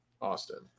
Austin